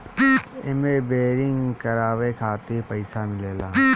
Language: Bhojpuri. एमे बोरिंग करावे खातिर पईसा मिलेला